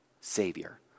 savior